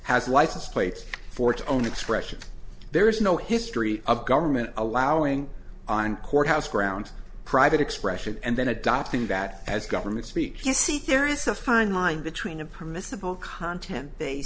has license plates for its own expression there is no history of government allowing on courthouse grounds private expression and then adopting that as government speech to see if there is a fine line between a permissible content